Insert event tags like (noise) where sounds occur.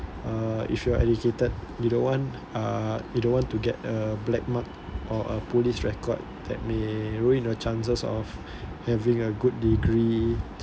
uh if you are educated you don't want ah you don't want to get a black mark or a police record that may ruin your chances of (breath) having a good degree